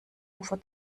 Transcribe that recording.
ufer